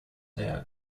their